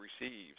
receives